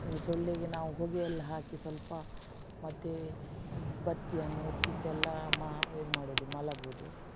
ಈ ಸೊಳ್ಳೆಗೆ ನಾವು ಹೊಗೆಯೆಲ್ಲ ಹಾಕಿ ಸ್ವಲ್ಪ ಮತ್ತು ಬತ್ತಿಯನ್ನು ಹೊತ್ತಿಸಿ ಎಲ್ಲ ಮ ಇದು ಮಾಡೋದು ಮಲಗೋದು